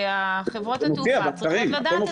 חברות התעופה צריכות לדעת את זה.